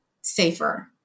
safer